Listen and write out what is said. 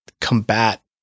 combat